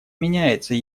меняется